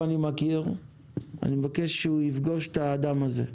אני מבקש שהוא יפגוש את האדם הזה.